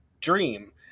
dream